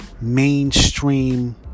mainstream